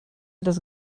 das